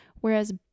Whereas